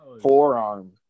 forearm